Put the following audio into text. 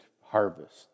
harvest